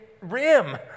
rim